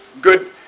good